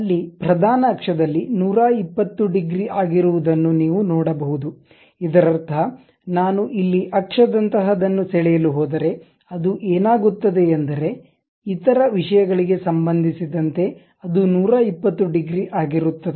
ಅಲ್ಲಿ ಪ್ರಧಾನ ಅಕ್ಷದಲ್ಲಿ 120 ಡಿಗ್ರಿ ಆಗಿರುವದನ್ನು ನೀವು ನೋಡಬಹುದು ಇದರರ್ಥ ನಾನು ಇಲ್ಲಿ ಅಕ್ಷದಂತಹದನ್ನು ಸೆಳೆಯಲು ಹೋದರೆ ಅದುಏನಾಗುತ್ತದೆ ಎಂದರೆ ಇತರ ವಿಷಯಗಳಿಗೆ ಸಂಬಂಧಿಸಿದಂತೆ ಅದು 120 ಡಿಗ್ರಿ ಆಗಿರುತ್ತದೆ